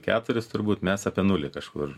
keturis turbūt mes apie nulį kažkur